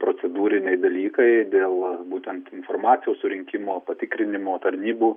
procedūriniai dalykai dėl būtent informacijos surinkimo patikrinimo tarnybų